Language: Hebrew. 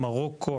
מרוקו,